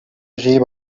җыеп